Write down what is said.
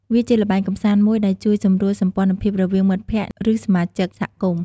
វាជាល្បែងកម្សាន្តមួយដែលជួយសម្រួលសម្ព័ន្ធភាពរវាងមិត្តភក្តិ ឬសមាជិកសហគមន៍។